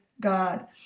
God